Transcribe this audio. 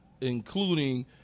including –